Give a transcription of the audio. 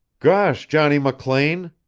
gosh, johnny mclean,